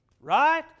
Right